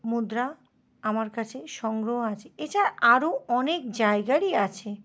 মুদ্রা আমার কাছে সংগ্রহ আছে এছাড়া আরও অনেক জায়গারই আছে